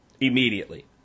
immediately